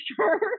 sure